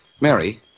Mary